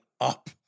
up